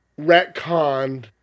retconned